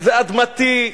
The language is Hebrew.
זה אדמתי,